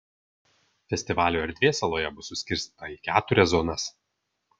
festivalio erdvė saloje bus suskirstyta į keturias zonas